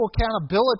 accountability